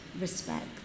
respect